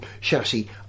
chassis